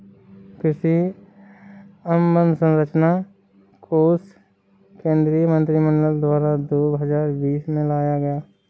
कृषि अंवसरचना कोश केंद्रीय मंत्रिमंडल द्वारा दो हजार बीस में लाया गया